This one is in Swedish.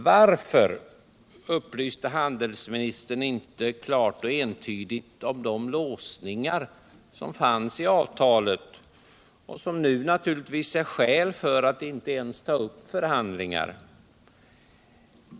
Varför upplyser handelsminister Burenstam Linder inte klart och entydigt om de låsningar som fanns i avtalet och som nu naturligtvis är skäl för att förhandlingar inte ens upptas?